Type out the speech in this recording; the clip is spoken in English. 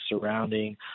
surrounding